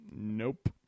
Nope